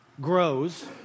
grows